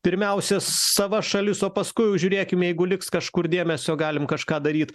pirmiausia sava šalis o paskui jau žiūrėkim jeigu liks kažkur dėmesio galim kažką daryt